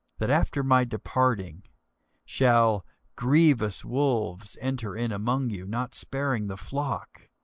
that after my departing shall grievous wolves enter in among you, not sparing the flock.